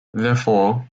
therefore